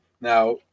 Now